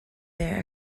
there